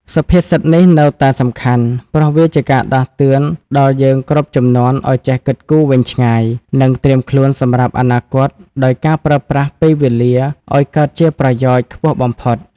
សុភាសិតនេះនៅតែសំខាន់ ព្រោះវាជាការដាស់តឿនដល់យើងគ្រប់ជំនាន់ឱ្យចេះគិតគូរវែងឆ្ងាយ និងត្រៀមខ្លួនសម្រាប់អនាគតដោយការប្រើប្រាស់ពេលវេលាឱ្យកើតជាប្រយោជន៍ខ្ពស់បំផុត ។